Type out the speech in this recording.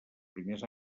primers